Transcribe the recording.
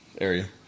area